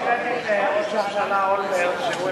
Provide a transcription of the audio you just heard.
לא, יש קרדיט לראש הממשלה